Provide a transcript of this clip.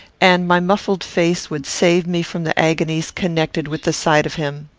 and my muffled face would save me from the agonies connected with the sight of him.